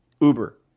Uber